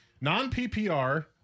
Non-PPR